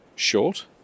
short